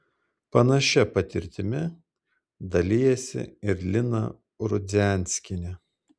panašia patirtimi dalijasi ir lina rudzianskienė